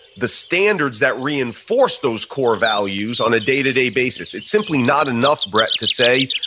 the standards that reinforce those core values on a day to day basis, it's simply not enough, brett, to say,